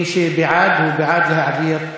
מי שבעד הוא בעד להעביר לוועדה.